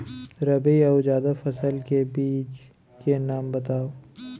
रबि अऊ जादा फसल के बीज के नाम बताव?